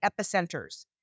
epicenters